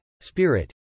Spirit